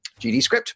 GDScript